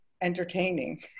entertaining